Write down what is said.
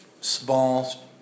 small